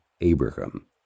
Abraham